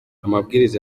amabwiriza